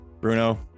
Bruno